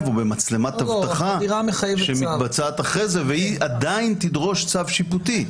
ובמצלמת אבטחה שמתבצעת אחרי זה והוא עדיין ידרוש צו שיפוטי.